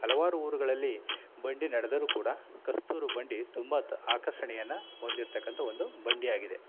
ಹಲವಾರು ಊರುಗಳಲ್ಲಿ ಬಂಡಿ ನಡೆದರೂ ಕೂಡ ಕಸ್ತೂರು ಬಂಡಿ ತುಂಬ ತ ಆಕರ್ಷಣೆಯನ್ನ ಹೊಂದಿರ್ತಕ್ಕಂಥ ಒಂದು ಬಂಡಿಯಾಗಿದೆ